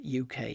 UK